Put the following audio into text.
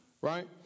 Right